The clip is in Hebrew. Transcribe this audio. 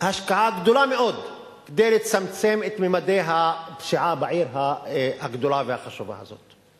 השקעה גדולה מאוד כדי לצמצם את ממדי הפשיעה בעיר הגדולה והחשובה הזאת.